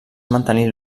mantenir